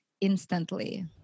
instantly